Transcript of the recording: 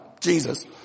Jesus